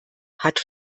hat